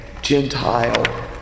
Gentile